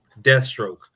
Deathstroke